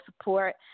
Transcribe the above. support